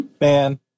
Man